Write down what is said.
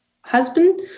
husband